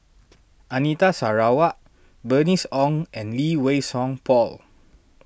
Anita Sarawak Bernice Ong and Lee Wei Song Paul